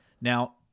Now